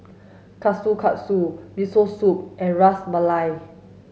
Kushikatsu Miso Soup and Ras Malai